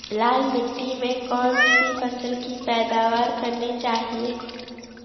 लाल मिट्टी में कौन सी फसल की पैदावार करनी चाहिए?